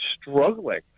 struggling